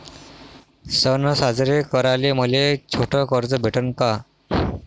सन साजरे कराले मले छोट कर्ज भेटन का?